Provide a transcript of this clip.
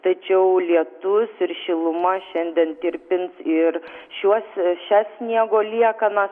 tačiau lietus ir šiluma šiandien tirpins ir šiuos šias sniego liekanas